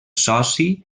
soci